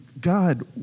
God